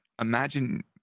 imagine